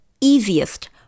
easiest